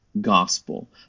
gospel